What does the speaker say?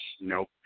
nope